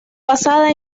basada